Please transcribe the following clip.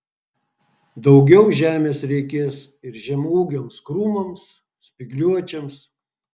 daugiau žemės reikės ir žemaūgiams krūmams spygliuočiams